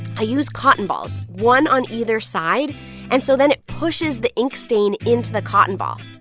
i use cotton balls one on either side and so then it pushes the ink stain into the cotton ball.